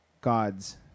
God's